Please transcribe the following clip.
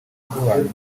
bw’abantu